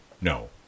No